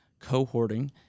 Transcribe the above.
cohorting